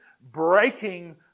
breaking